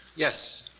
yes,